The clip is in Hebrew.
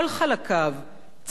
צריך ליטול בזה חלק.